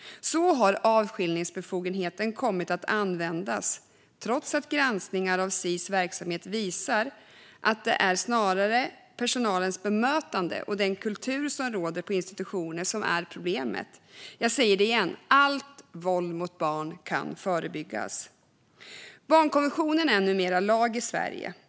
Så har avskiljningsbefogenheten kommit att användas, trots att granskningar av Sis verksamhet visar att det snarare är personalens bemötande och den kultur som råder på institutionen som är problemet. Jag säger det igen: Allt våld mot barn kan förebyggas. Barnkonventionen är numera lag i Sverige.